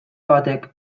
batek